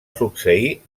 succeir